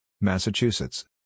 Massachusetts